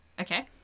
Okay